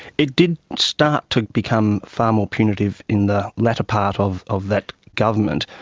it did start to become far more punitive in the latter part of of that government.